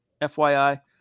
FYI